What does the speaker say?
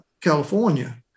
California